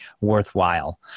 worthwhile